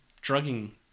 drugging